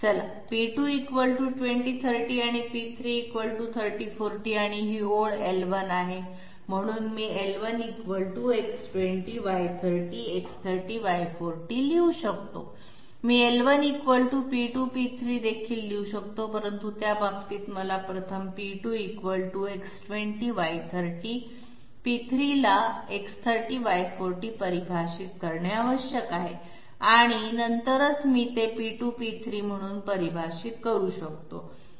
चला p2 20 30 आणि p3 30 40 आणि ही ओळ l1 आहे म्हणून मी l1 X20Y30 X30Y40 लिहू शकतो मी l1 p2 p3 देखील लिहू शकतो परंतु त्या बाबतीत मला प्रथम p2 X20Y30 p3 ला X30Y40 परिभाषित करणे आवश्यक आहे आणि नंतरच मी ते p2 p3 म्हणून परिभाषित करू शकतो